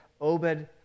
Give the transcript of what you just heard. Obed